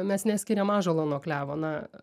mes neskiriam ąžuolo nuo klevo na